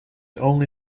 only